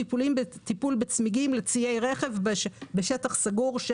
טיפול בצמיגים לציי רכב בשטח סגור של